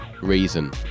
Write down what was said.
Reason